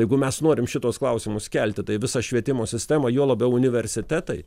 jeigu mes norim šituos klausimus kelti tai visa švietimo sistema juo labiau universitetai